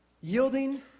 Yielding